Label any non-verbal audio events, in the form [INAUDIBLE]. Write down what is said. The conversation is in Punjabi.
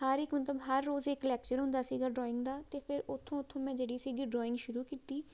ਹਰ ਇੱਕ [UNINTELLIGIBLE] ਹਰ ਰੋਜ਼ ਇੱਕ ਲੈਕਚਰ ਹੁੰਦਾ ਸੀਗਾ ਡਰੋਇੰਗ ਦਾ ਅਤੇ ਫਿਰ ਉੱਥੋਂ ਉੱਥੋਂ ਮੈਂ ਜਿਹੜੀ ਸੀਗੀ ਡਰੋਇੰਗ ਸ਼ੁਰੂ ਕੀਤੀ